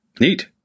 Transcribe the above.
Neat